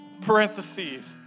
parentheses